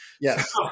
Yes